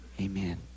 Amen